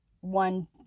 one